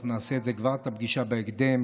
אנחנו נעשה את הפגישה כבר בהקדם.